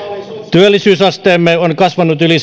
työllisyysasteemme on kasvanut yli